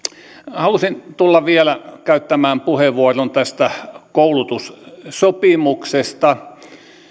halusin tulla vielä käyttämään puheenvuoron tästä koulutussopimuksesta